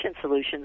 solutions